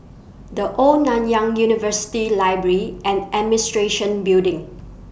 The Old Nanyang University Library and Administration Building